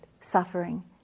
suffering